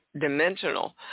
dimensional